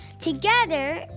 Together